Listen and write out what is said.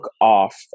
off